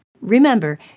Remember